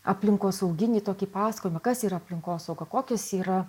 aplinkosauginį tokį pasakojimą kas yra aplinkosauga kokios yra